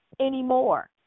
anymore